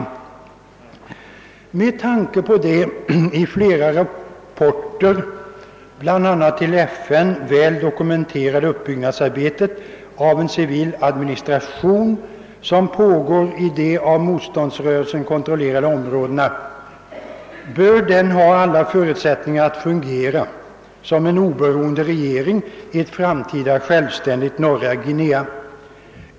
Med tanke på det i flera rapporter, bl.a. till FN, väl dokumenterade uppbyggnadsarbetet av en civil administration, som pågår i de av motståndsrörelsen kontrollerade områdena, bör den ha alla förutsättningar att fungera som en oberoende regering i ett framtida självständigt Norra Guinea.